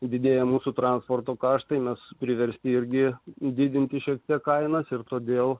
didėja mūsų transporto kaštai mes priversti irgi didinti šiek tiek kainas ir todėl